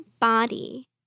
body